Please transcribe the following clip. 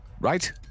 right